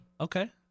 Okay